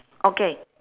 okay